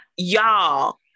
Y'all